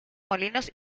molinos